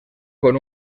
con